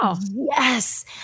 Yes